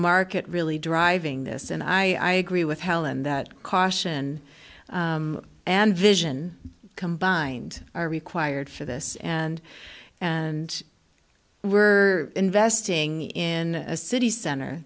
market really driving this and i agree with helen that caution and vision combined are required for this and and we're investing in a city center